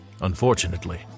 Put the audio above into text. Unfortunately